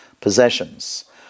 Possessions